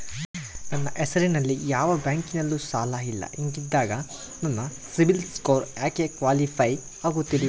ನನ್ನ ಹೆಸರಲ್ಲಿ ಯಾವ ಬ್ಯಾಂಕಿನಲ್ಲೂ ಸಾಲ ಇಲ್ಲ ಹಿಂಗಿದ್ದಾಗ ನನ್ನ ಸಿಬಿಲ್ ಸ್ಕೋರ್ ಯಾಕೆ ಕ್ವಾಲಿಫೈ ಆಗುತ್ತಿಲ್ಲ?